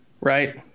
right